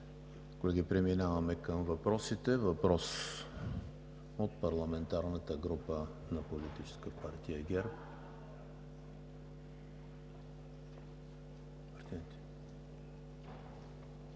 Преминаваме към въпросите. Въпрос от парламентарната група на Политическа партия ГЕРБ.